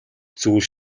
зүйл